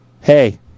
hey